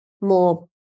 more